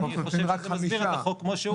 אני חושב שזה מסביר את החוק כמו שהוא,